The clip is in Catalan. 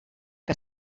que